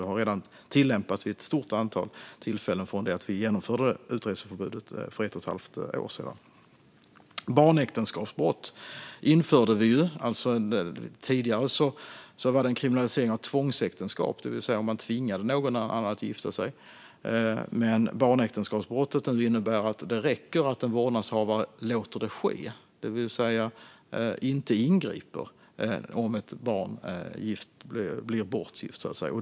Det har redan tillämpats vid ett stort antal tillfällen efter att vi införde utreseförbudet för ett och ett halvt år sedan. Vi har infört barnäktenskapsbrott. Tidigare var tvångsäktenskap kriminaliserat, det vill säga om man tvingade någon att gifta sig. Men barnäktenskapbrott innebär att det räcker att en vårdnadshavare låter det ske, det vill säga inte ingriper om ett barn blir bortgift.